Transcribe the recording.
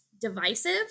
divisive